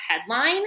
headline